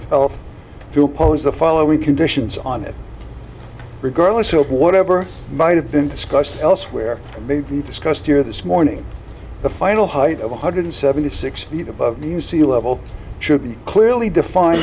of health to oppose the following conditions on it regardless of whatever might have been discussed elsewhere may be discussed here this morning the final height of one hundred seventy six feet above new sea level should be clearly do fin